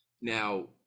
Now